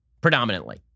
predominantly